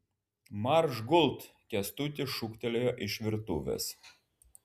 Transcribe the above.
marš gult kęstutis šūktelėjo iš virtuvės